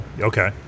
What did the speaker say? Okay